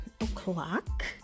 o'clock